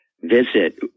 visit